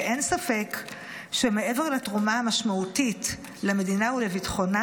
אין ספק שמעבר לתרומה המשמעותית למדינה ולביטחונה,